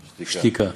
שתיקה.